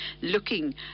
looking